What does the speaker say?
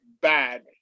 bad